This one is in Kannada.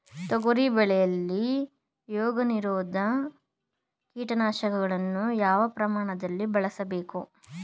ತೊಗರಿ ಬೆಳೆಯಲ್ಲಿ ರೋಗನಿರೋಧ ಕೀಟನಾಶಕಗಳನ್ನು ಯಾವ ಪ್ರಮಾಣದಲ್ಲಿ ಬಳಸಬೇಕು?